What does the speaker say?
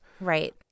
Right